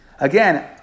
Again